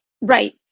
Right